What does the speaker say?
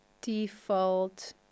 default